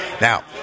Now